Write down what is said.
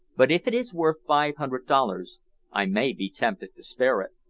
but if it is worth five hundred dollars i may be tempted to spare it!